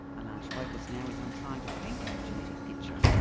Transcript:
a large focus now is on trying to paint that genetic picture.